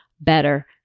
better